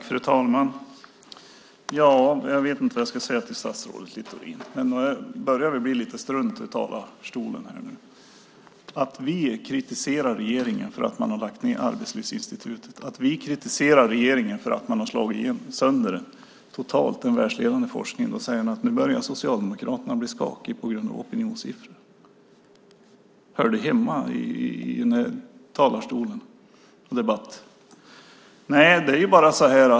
Fru talman! Jag vet inte vad jag ska säga till statsrådet, men nog börjar det väl bli lite strunt i talarstolen. När vi kritiserar regeringen för att man har lagt ned Arbetslivsinstitutet och när vi kritiserar regeringen för att man totalt har slagit sönder en världsledande forskning säger man: Nu börjar Socialdemokraterna bli skakiga på grund av opinionssiffror. Hör det hemma i den här talarstolen och debatten?